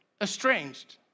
estranged